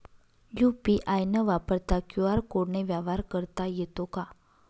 UPI न वापरता QR कोडने व्यवहार करता येतो का?